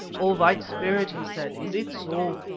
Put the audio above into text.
oh! white spirit, he said, is it so?